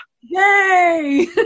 Yay